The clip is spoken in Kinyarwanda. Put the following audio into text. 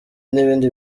n’ibindi